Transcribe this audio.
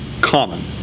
common